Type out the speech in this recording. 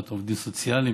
מבחינת עובדים סוציאליים,